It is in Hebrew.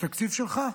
תקציב שלך.